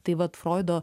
tai vat froido